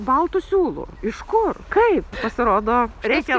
baltu siūlu iš kur kaip pasirodo reikia